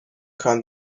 kamen